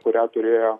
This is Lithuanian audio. kurią turėjo